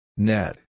Net